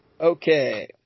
Okay